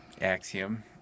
Axiom